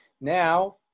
now